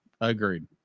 agreed